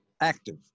active